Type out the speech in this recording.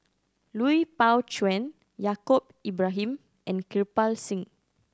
Lui Pao Chuen Yaacob Ibrahim and Kirpal Singh